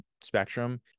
spectrum